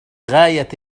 غاية